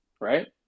right